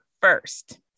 first